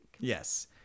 Yes